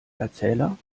erzähler